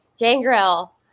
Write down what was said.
Gangrel